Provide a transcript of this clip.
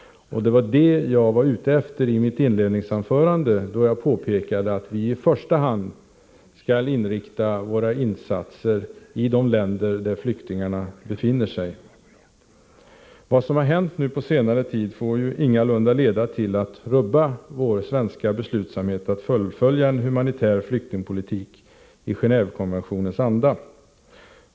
Det var detta jag var ute efter i mitt inledningsanförande, då jag påpekade att vi i första hand skall inrikta våra insatser på de länder där flyktingarna befinner sig. Vad som har hänt på senare tid får ingalunda rubba vår svenska beslutsamhet att fullfölja en humanitär flyktingpolitik i Gen&vekonventionens anda.